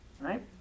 right